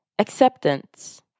acceptance